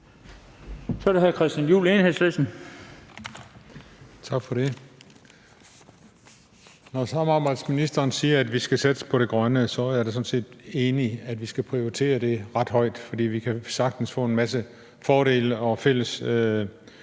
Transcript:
Kl. 14:30 Christian Juhl (EL): Tak for det. Når samarbejdsministeren siger, at vi skal satse på det grønne, er jeg sådan set enig i, at vi skal prioritere det ret højt, for vi kan sagtens få en masse fordele og fælles